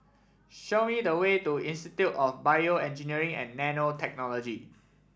show me the way to Institute of BioEngineering and Nanotechnology